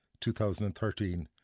2013